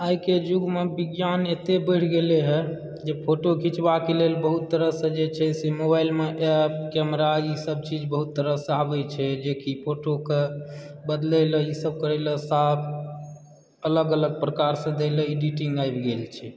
आइके युगमऽ विज्ञान एतय बढ़ि गेलय हँ जे फोटो खिचबाक लेल बहुत तरहसे जे छै से मोबाइलमे एप कैमरा ईसभ चीज बहुत तरहसँ आबैत छै जेकि फोटोकऽ बदलय लऽ ईसभ करय लऽ साफ अलग अलग प्रकारसँ दय लऽ एडिटिंग आबि गेल छै